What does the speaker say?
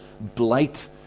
blight